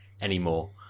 anymore